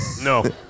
no